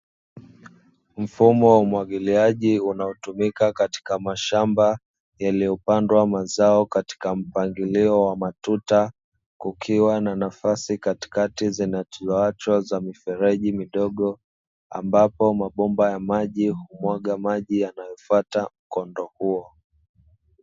Mfumo wa umwagiliaji unaotumika katika mashamba yaliyopandwa mazao katika mpangilio wa matuta, kukiwa na nafasi katikati zinazoachwa za mifereji midogo ambapo mabomba ya maji humwaga maji yanayofuata mkondo huo.